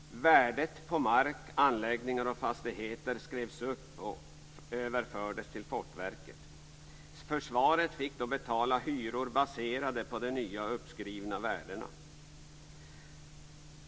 Värdet på mark, anläggningar och fastigheter skrevs upp och överfördes till Fortifikationsverket. Försvaret fick då betala hyror baserade på de nya, uppskrivna värdena.